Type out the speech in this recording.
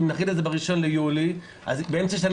אם נחיל את זה ב-1 ביולי אז באמצע השנה